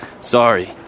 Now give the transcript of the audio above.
Sorry